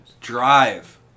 Drive